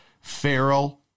feral